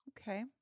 Okay